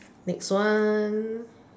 next one